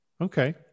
okay